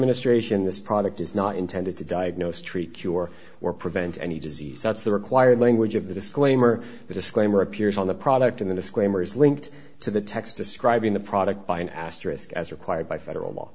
ministration this product is not intended to diagnose treat cure or prevent any disease that's the required language of the disclaimer the disclaimer appears on the product in the disclaimers linked to the text describing the product by an asterisk as required by federal law